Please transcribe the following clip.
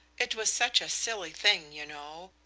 it was such a silly thing, you know,